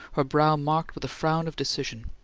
her brow marked with a frown of decision.